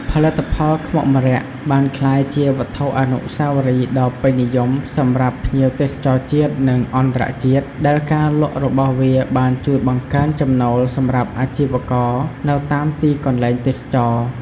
ផលិតផលខ្មុកម្រ័ក្សណ៍បានក្លាយជាវត្ថុអនុស្សាវរីយ៍ដ៏ពេញនិយមសម្រាប់ភ្ញៀវទេសចរណ៍ជាតិ និងអន្តរជាតិ ដែលការលក់របស់វាបានជួយបង្កើនចំណូលសម្រាប់អាជីវករនៅតាមទីកន្លែងទេសចរណ៍។